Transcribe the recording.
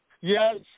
Yes